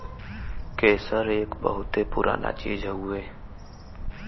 केसर एक बहुते पुराना चीज हउवे